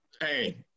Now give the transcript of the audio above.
Hey